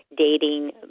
dating